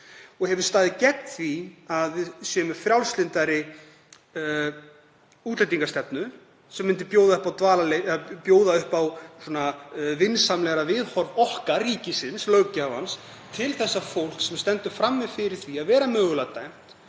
og hefur staðið gegn því að við séum með frjálslyndari útlendingastefnu sem myndi bjóða upp á vinsamlegra viðhorf okkar, ríkisins, löggjafans, til fólks sem stendur frammi fyrir því að vera mögulega dæmt